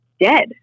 dead